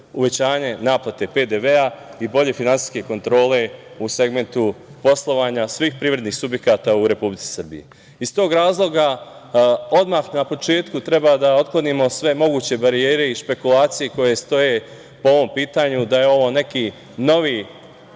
naplate PDV i bolje finansijske kontrole u segmentu poslovanja svih privrednih subjekata u Republici Srbiji. Iz tog razloga, odmah na početku treba da otklonimo sve moguće barijere i špekulacije koje stoje po ovom pitanju, da je ovo neki novi